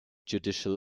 judicial